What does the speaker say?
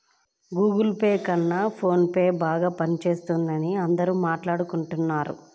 Google Pay కన్నా ఫోన్ పేనే బాగా పనిజేత్తందని అందరూ మాట్టాడుకుంటన్నారు